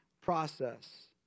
process